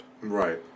right